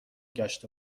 گشت